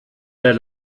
der